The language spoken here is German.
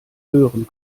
hören